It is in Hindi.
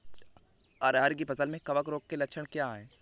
अरहर की फसल में कवक रोग के लक्षण क्या है?